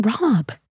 Rob